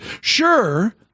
Sure